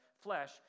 flesh